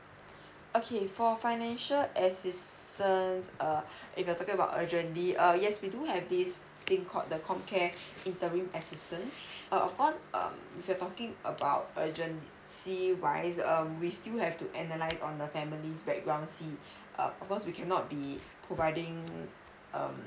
okay for financial assistance uh if you're talking about urgently uh yes we do have this thing called the com care interim assistance uh of course um if you are talking about urgency wise um we still have to analyse on the family's background see uh of course we cannot be providing um